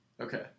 Okay